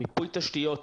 מיפוי תשתיות,